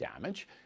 damage